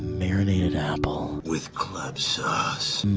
marinated apple. with club souce